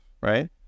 right